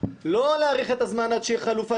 אנחנו לא צריכים להאריך את הזמן עד שתהיה חלופה